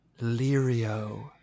Lirio